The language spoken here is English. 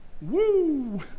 Woo